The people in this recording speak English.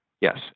yes